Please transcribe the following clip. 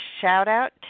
shout-out